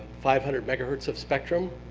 five hundred megahertz of spectrum,